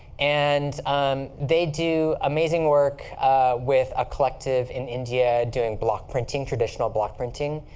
and um they do amazing work with a collective in india doing block printing traditional block printing.